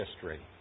history